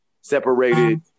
separated